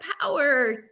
power